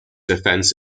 offense